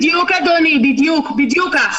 בדיוק, אדוני, בדיוק כך.